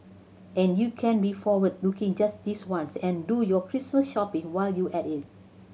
and you can be forward looking just this once and do your Christmas shopping while you're at it